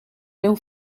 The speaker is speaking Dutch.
deel